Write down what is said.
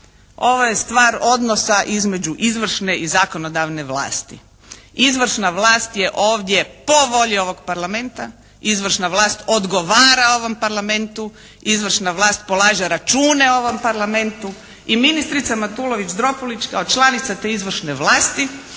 ovo je stvar odnosa između izvršne i zakonodavne vlasti. Izvršna vlast je ovdje po volji ovog Parlamenta, izvršna vlast odgovara ovom Parlamentu, izvršna vlast polaže račune ovom Parlamentu i ministrica Matulović-Dropulić kao članica te izvršne vlasti